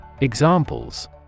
Examples